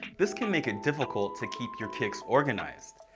this can make it difficult to keep your kicks organized.